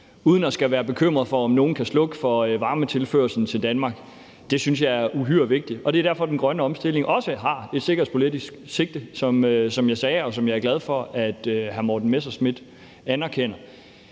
skulle være bekymret for, om nogen kan slukke for varmetilførslen til Danmark, synes jeg er uhyre vigtigt. Og det er derfor, den grønne omstilling også har et sikkerhedspolitisk sigte, som jeg sagde, og som jeg er glad for at hr. Morten Messerschmidt anerkender.